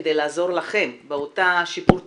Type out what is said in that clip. כדי לעזור לכם באותו שיפור תדמית,